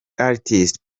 artist